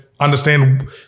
understand